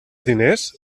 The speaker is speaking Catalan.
diners